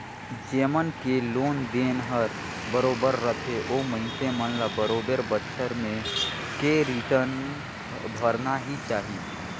जेमन के लोन देन हर बरोबर रथे ओ मइनसे मन ल तो बरोबर बच्छर में के रिटर्न भरना ही चाही